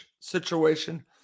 situation